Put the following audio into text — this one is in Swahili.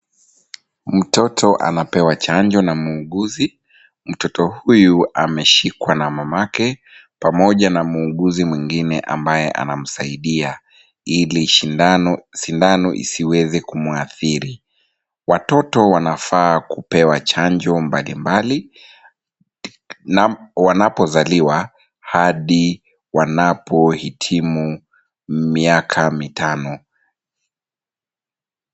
Mtoto anapewa chanjo na muuguzi, mtoto huyu ameshikwa na mamake pamoja na muuguzi mwingine ambaye anamsaidia ili shindano, sindano isiweze kumuathiri, watoto wanafaa kupewa chanjo mbalimbali wanapozaliwa hadi wanapohitimu miaka mitano.